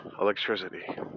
electricity